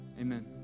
amen